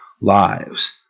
lives